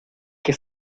que